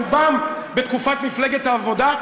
רובם בתקופת מפלגת העבודה,